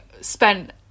spent